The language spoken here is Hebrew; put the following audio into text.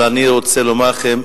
אני רוצה לומר לכם,